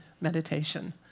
meditation